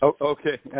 Okay